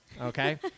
okay